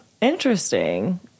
Interesting